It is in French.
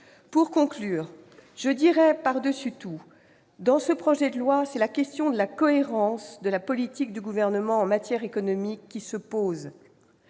et de l'artisanat. Par-dessus tout, avec ce projet de loi, c'est la question de la cohérence de la politique du Gouvernement en matière économique qui se pose